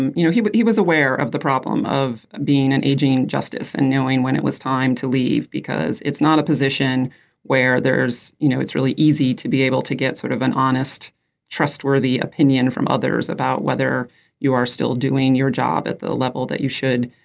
and you know he but he was aware of the problem of being an aging justice and knowing when it was time to leave because it's not a position where there's you know it's really easy to be able to get sort of an honest trustworthy opinion from others about whether you are still doing your job at the level that you should